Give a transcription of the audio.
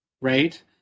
right